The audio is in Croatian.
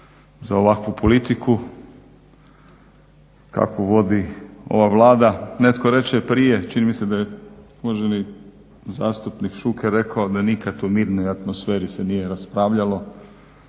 za ovakvu politiku kakvu vodu ova Vlada. Netko reče prije, čini mi se da je uvaženi zastupnik Šuker rekao da nikad u mirnoj atmosferi se nije raspravljalo.